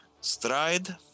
stride